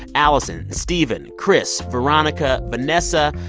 allison, steven, chris, veronica, vanessa,